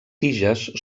tiges